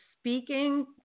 speaking